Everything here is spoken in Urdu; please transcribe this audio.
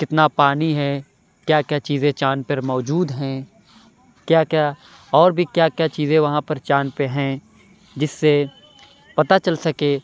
کتنا پانی ہے کیا کیا چیزیں چاند پر موجود ہیں کیا کیا اور بھی کیا کیا چیزیں وہاں پر چاند پہ ہیں جس سے پتا چل سکے